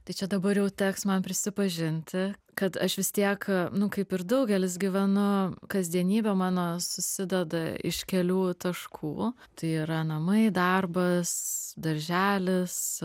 tai čia dabar jau teks man prisipažinti kad aš vis tiek nu kaip ir daugelis gyvenu kasdienybė mano susideda iš kelių taškų tai yra namai darbas darželis